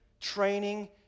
training